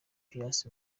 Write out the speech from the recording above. pius